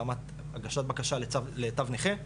ברמת הגשת בקשה לתו נכה,